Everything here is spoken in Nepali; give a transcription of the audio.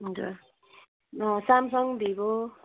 हजुर सामसङ भिभो